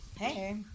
Hey